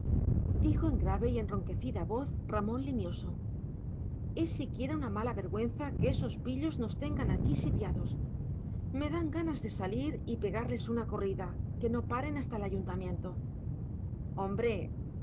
pellejos señores dijo en grave y enronquecida voz ramón limioso es siquiera una mala vergüenza que esos pillos nos tengan aquí sitiados me dan ganas de salir y pegarles una corrida que no paren hasta el ayuntamiento